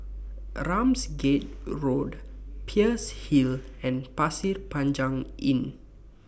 Ramsgate Road Peirce Hill and Pasir Panjang Inn